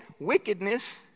wickedness